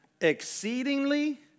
Exceedingly